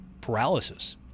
paralysis